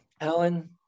Alan